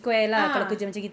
ah